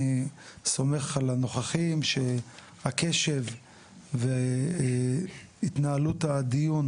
אני סומך על הנוכחים שהקשב והתנהלות הדיון